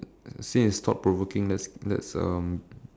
since it's thought provoking let's let's um